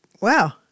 Wow